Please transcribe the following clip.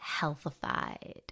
healthified